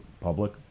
public